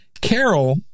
Carol